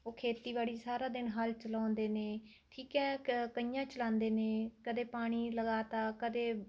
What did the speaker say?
ਉਹ ਖੇਤੀਬਾੜੀ ਸਾਰਾ ਦਿਨ ਹਲ ਚਲਾਉਂਦੇ ਨੇ ਠੀਕ ਹੈ ਕ ਕਹੀਆਂ ਚਲਾਉਂਦੇ ਨੇ ਕਦੇ ਪਾਣੀ ਲਗਾਤਾ ਕਦੇ